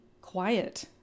quiet